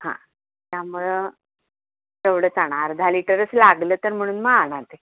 हां त्यामुळं तेवढंच आणा अर्धा लिटरच लागलं तर म्हणून मग आणा ते